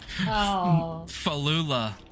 Falula